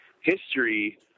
history